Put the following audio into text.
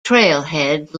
trailhead